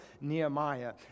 Nehemiah